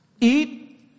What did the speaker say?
eat